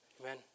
Amen